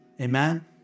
Amen